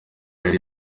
yari